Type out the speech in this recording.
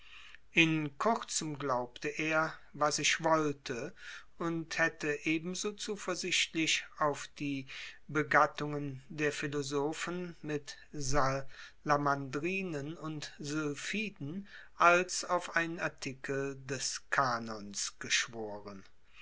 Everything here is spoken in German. in kurzem glaubte er was ich wollte und hätte ebenso zuversichtlich auf die begattungen der philosophen mit salamandrinnen und sylphiden als auf einen artikel des kanons geschworen